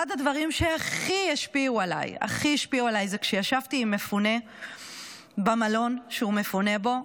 אחד הדברים שהכי השפיעו עליי זה כשישבתי עם מפונה במלון שהוא מפונה בו,